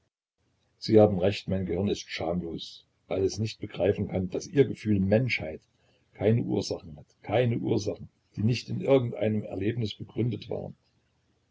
sie haben recht mein gehirn ist schamlos weil es nicht begreifen kann daß ihr gefühl menschheit keine ursachen hat keine ursachen die nicht in irgend einem erlebnis begründet wären